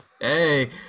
Hey